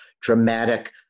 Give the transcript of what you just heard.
dramatic